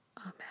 amen